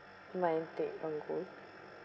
my take on gold